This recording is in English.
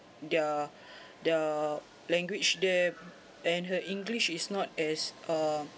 their their language there and her english is not as um